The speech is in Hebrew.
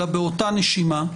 אלא באותה נשימה,